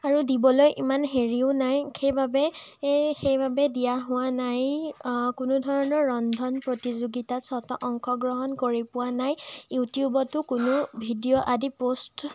আৰু দিবলৈ ইমান হেৰিও নাই সেইবাবে এ সেইবাবে দিয়া হোৱা নাই কোনোধৰণৰ ৰন্ধন প্ৰতিযোগিতাত স্বতঃ অংশগ্ৰহণ কৰি পোৱা নাই ইউটিউবতো কোনো ভিডিঅ' আদি প'ষ্ট